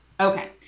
Okay